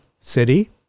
city